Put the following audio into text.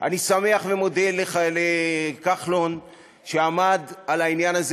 אני שמח ומודה לכחלון שעמד על העניין הזה